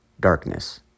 darkness